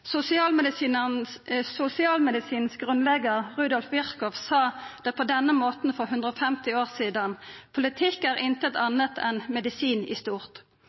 Rudolf Virchow, sa det på denne måten for 150 år sidan: «Politikk er intet annet enn medisin i stort.»